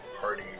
party